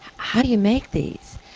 how do you make these?